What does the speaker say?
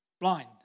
blind